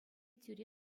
тӳре